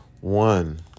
One